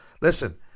Listen